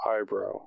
eyebrow